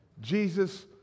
Jesus